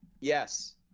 Yes